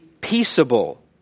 peaceable